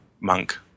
monk